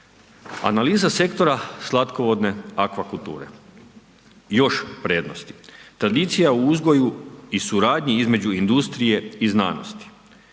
Analiza sektora slatkovodne aqua kulture, još prednosti. Tradicija u uzgoju i suradnji između industrije i znanosti,